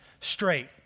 straight